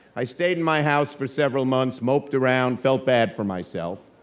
i stayed in my house for several months, moped around, felt bad for myself,